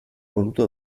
voluto